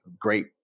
great